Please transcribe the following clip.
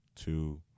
two